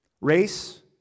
race